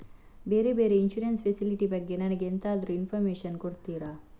ಬೇರೆ ಬೇರೆ insurance facility ಬಗ್ಗೆ ನನಗೆ ಎಂತಾದ್ರೂ ಇನ್ಫೋರ್ಮೇಷನ್ ಕೊಡ್ತೀರಾ?